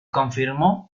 confirmó